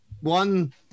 one